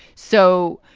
so,